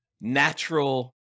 natural